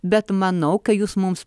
bet manau kai jūs mums